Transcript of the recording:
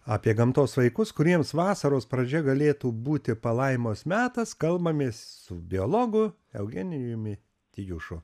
apie gamtos vaikus kuriems vasaros pradžia galėtų būti palaimos metas kalbamės su biologu eugenijumi tijušu